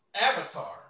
Avatar